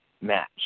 match